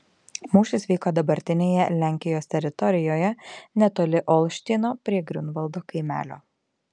mūšis vyko dabartinėje lenkijos teritorijoje netoli olštyno prie griunvaldo kaimelio